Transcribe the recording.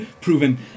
proven